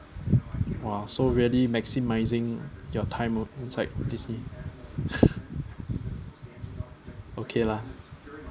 !wah! so really maximising your time inside disney okay lah